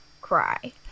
cry